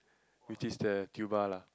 which is the tuba lah